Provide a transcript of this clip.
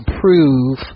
prove